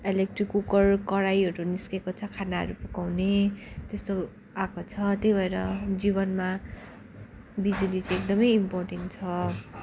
electric cooker कराईहरू निस्केको छ खानाहरू पकाउने त्यस्तो आएको छ त्यही भएर जीवनमा बिजुली चाहिँ एकदमै इम्पोर्टेन्ट छ